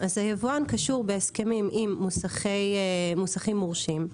היבואן קשור בהסכמים עם מוסכים מורשים.